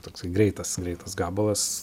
toksai greitas greitas gabalas